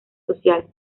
social